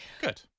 Good